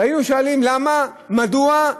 והיו שואלים למה ומדוע,